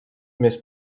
més